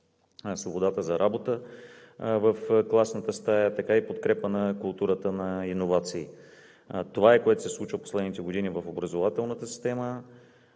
свободата за работа в класната стая, така и подкрепа на културата на иновации. Това се случва в последните години в образователната система.